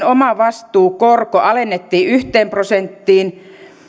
omavastuukorko alennettiin yhteen prosenttiin